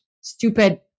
stupid